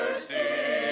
say